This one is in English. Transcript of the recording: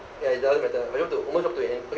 ya it doesn't matter almost drop to N~ okay